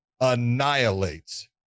annihilates